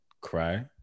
cry